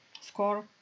score